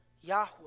Yahweh